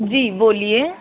जी बोलिए